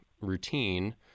routine